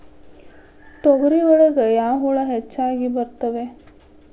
ತೊಗರಿ ಒಳಗ ಯಾವ ಹುಳ ಹೆಚ್ಚಾಗಿ ಬರ್ತವೆ?